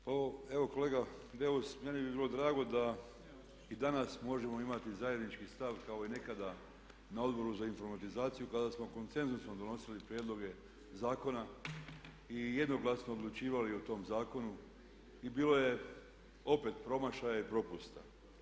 Pa evo kolega Beus meni bi bilo drago da i danas možemo imati zajednički stav kao i nekada na Odboru za informatizaciju kada smo konsenzusom donosili prijedloge zakona i jednoglasno odlučivali o tom zakonu i bilo je opet promašaja i propusta.